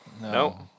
No